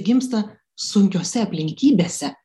gimsta sunkiose aplinkybėse